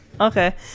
Okay